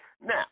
Now